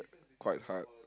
quite hard